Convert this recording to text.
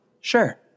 Sure